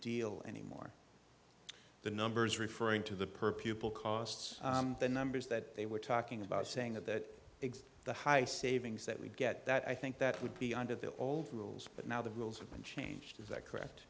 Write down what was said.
deal anymore the numbers referring to the per pupil costs the numbers that they were talking about saying that that exist the high savings that we get that i think that would be under the old rules but now the rules have been changed is that correct